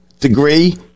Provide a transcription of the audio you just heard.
Degree